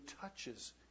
touches